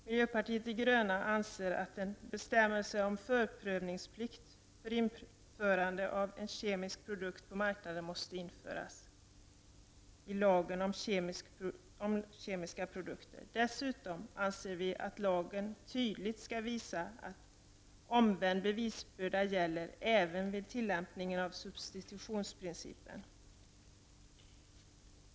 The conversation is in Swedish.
Miljöpartiet de gröna anser att en bestämmelse om förprövningsplikt för införandet av en kemisk produkt på marknaden måste införas i Lagen om kemiska produkter. Dessutom anser vi att lagen tydligt skall visa att omvänd bevisbörda gäller även vid tillämpningen av substitutionsprincipen.